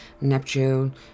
Neptune